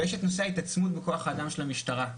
ויש את נושא ההתעצמות בכוח האדם של המשטרה.